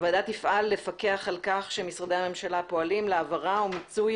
הוועדה תפעל לפקח על כך שמשרדי הממשלה פועלים להעברה ומיצוי